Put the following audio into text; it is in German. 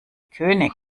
könig